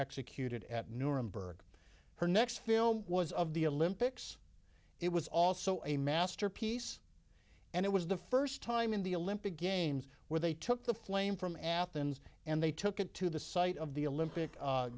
executed at nuremberg her next film was of the olympics it was also a masterpiece and it was the first time in the olympic games where they took the flame from athens and they took it to the site of the olympic